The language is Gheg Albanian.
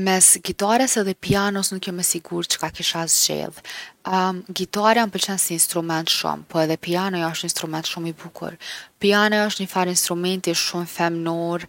Mes gitares edhe pianos nuk jom e sigurtë çka kisha zgjedh. gitarja m’pëlqen si instrument shumë po edhe pianoja osht instrument shumë i bukur. Pianoja osht nifar instrumenti shumë femnorë